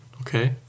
Okay